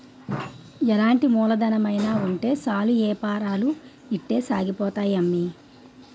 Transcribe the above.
ఎలాంటి మూలధనమైన ఉంటే సాలు ఏపారాలు ఇట్టే సాగిపోతాయి అమ్మి